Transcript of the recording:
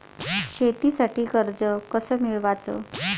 शेतीसाठी कर्ज कस मिळवाच?